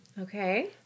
Okay